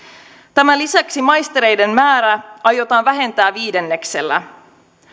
tämän lisäksi maistereiden määrää aiotaan vähentää viidenneksellä